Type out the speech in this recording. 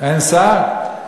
אין שר?